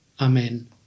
Amen